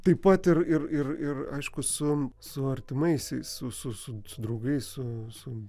taip pat ir ir ir ir aišku su su artimaisiais su su draugais su su